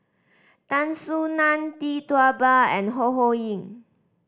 Tan Soo Nan Tee Tua Ba and Ho Ho Ying